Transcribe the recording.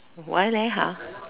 why leh !huh!